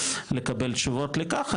לקבל תשובות לכך.